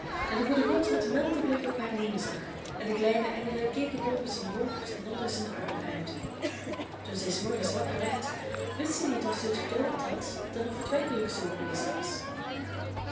en de goede god met milde blikken op haar neerzag en de kleine engelen keken boven zijn hoofd en onder zijn armen uit toen zij s morgens wakker werd wist zij niet of zij het gedroomd had dan of het werkelijk zoo geweest was